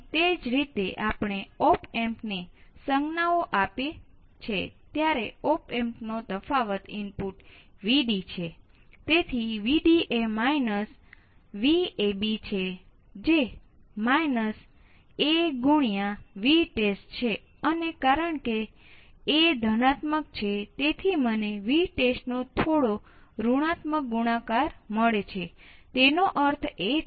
તેથી સ્પષ્ટપણે આ કિસ્સાઓમાં તે 0 એમ્પ્લીફાયર કરે છે